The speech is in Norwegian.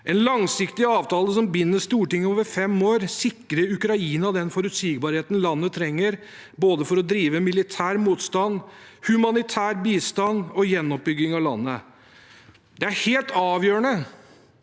En langsiktig avtale som binder Stortinget over fem år, sikrer Ukraina den forutsigbarheten landet trenger, for å drive både militær motstand, humanitær bistand og gjenoppbygging av landet. Det er helt avgjørende